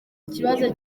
ikibazo